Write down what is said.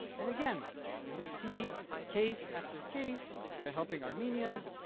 and again you see case after case they're helping armenians,